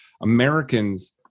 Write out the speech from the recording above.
Americans